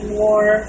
more